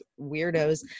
weirdos